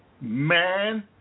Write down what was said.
man